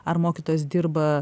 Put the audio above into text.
ar mokytojas dirba